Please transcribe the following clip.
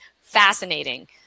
fascinating